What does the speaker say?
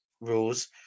rules